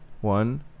One